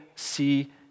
See